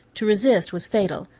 to resist was fatal,